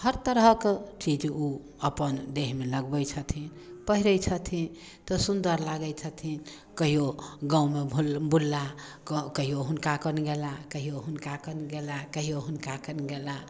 हर तरहक चीज ओ अपन देहमे लगबै छथिन पहिरै छथिन तऽ सुन्दर लागै छथिन कहियो गाँवमे बोलला कऽ कहियो हुनका कन गेलाह कहियो हुनका कन गेलाह कहियो हुनका कन गेलाह